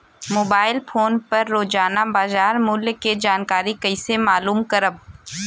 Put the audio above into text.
Mobile phone पर रोजाना बाजार मूल्य के जानकारी कइसे मालूम करब?